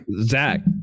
Zach